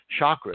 chakras